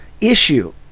issue